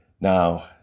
Now